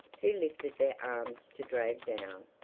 who lifted their arms to drag down,